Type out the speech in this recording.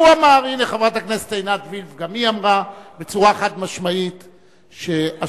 הוא אומר, לפתוח המשא-ומתן מן הנקודה שבה